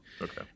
Okay